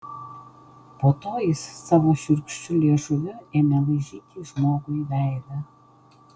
po to jis savo šiurkščiu liežuviu ėmė laižyti žmogui veidą